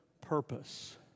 purpose